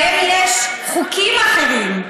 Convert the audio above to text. להם יש חוקים אחרים,